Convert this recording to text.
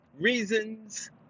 reasons